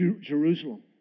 Jerusalem